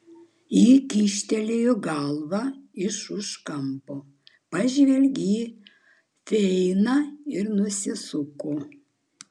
ji kyštelėjo galvą iš už kampo pažvelgė į fainą ir nusisuko